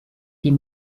die